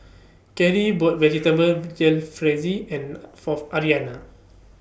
Karie bought Vegetable Jalfrezi and For Aryanna